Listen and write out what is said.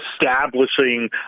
establishing